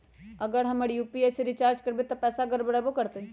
अगर हम यू.पी.आई से रिचार्ज करबै त पैसा गड़बड़ाई वो करतई?